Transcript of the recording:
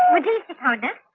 against